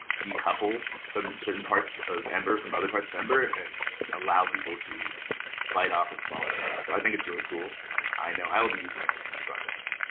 decouple certain certain parts of ember from other parts of ember and allow people to bite off a smaller chunk. so i think it's really cool, and i know i will be using it on future projects.